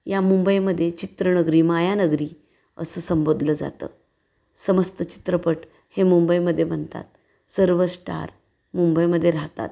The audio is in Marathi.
या मुंबईमध्ये चित्रनगरी मायानगरी असं संबोधलं जातं समस्त चित्रपट हे मुंबईमध्ये बनतात सर्व स्टार मुंबईमध्ये राहतात